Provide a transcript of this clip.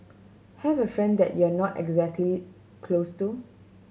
have a friend that you're not exactly close to